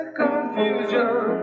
confusion